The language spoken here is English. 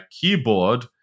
keyboard